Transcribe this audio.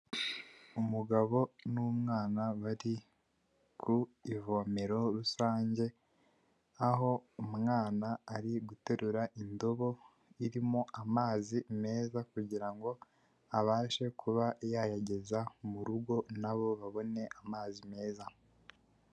Umugabo n'umwana bari ku ivomero rusange, aho umwana ari guterura indobo irimo amazi meza, kugira ngo abashe kuba yayageza mu rugo, na bo babone amazi meza.